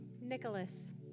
Nicholas